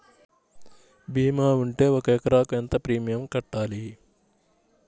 భీమా ఉంటే ఒక ఎకరాకు ఎంత ప్రీమియం కట్టాలి?